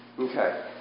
Okay